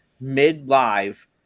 mid-live